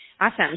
Awesome